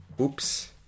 Oops